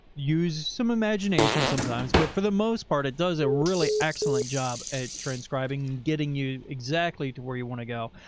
use some imagination sometimes. but for the most part, it does a really excellent job at transcribing and getting you exactly to where you want to go.